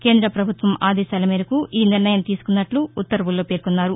కేంద్రప్రభుత్వం ఆదేశాల మేరకు ఈ నిర్ణయం తీసుకున్నట్ల ఉత్తర్వుల్లో పేర్కొన్నారు